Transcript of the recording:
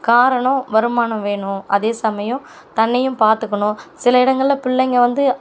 காரணம் வருமானம் வேணும் அதே சமயம் தன்னையும் பார்த்துக்கணும் சில இடங்கள்ல பிள்ளைங்க வந்து